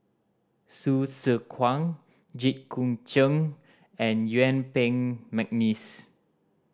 Hsu Tse Kwang Jit Koon Ch'ng and Yuen Peng McNeice